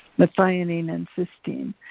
methionine and cysteine.